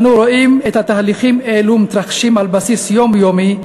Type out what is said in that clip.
אנו רואים את התהליכים האלה מתרחשים על בסיס יומיומי,